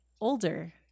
older